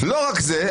לא רק זה,